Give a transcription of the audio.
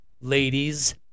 ladies